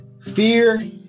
fear